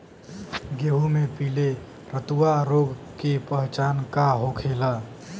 गेहूँ में पिले रतुआ रोग के पहचान का होखेला?